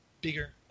bigger